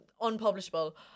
unpublishable